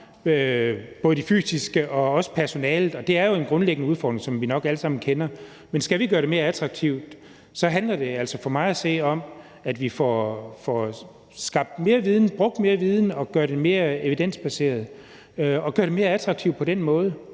også med hensyn til personalet, og det er jo en grundlæggende udfordring, som vi nok alle sammen kender til. Men skal vi gøre det mere attraktivt, handler det altså for mig at se om, at vi får skabt mere viden og brugt mere viden og gjort det mere evidensbaseret, og at vi gør det mere attraktivt ved, at der